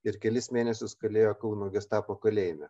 ir kelis mėnesius kalėjo kauno gestapo kalėjime